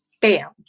bam